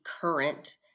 current